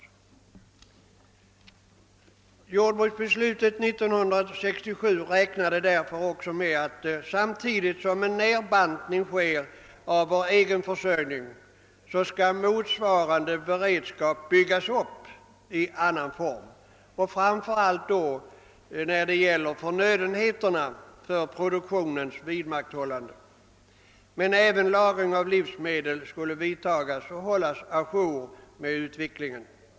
När 1967 års jordbruksbeslut fattades räknade man också med att samtidigt som en nedbantning sker av vår egen försörjning skall motsvarande beredskap byggas upp i annan form. Framför allt gäller detta förnödenheterna för produktionens vidmakthållande, men även åtgärder beträffande lagring av livsmedel skall vidtagas — lagringen skall hållas avpassad efter utvecklingen.